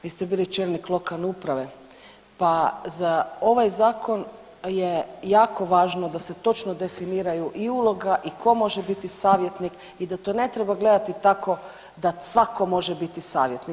Vi ste bili čelnik lokalne uprave, pa za ovaj zakon je jako važno da se točno definiraju i uloga i tko može biti savjetnik i da to ne treba gledati tako da svako može biti savjetnik.